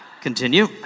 Continue